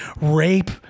Rape